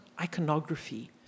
iconography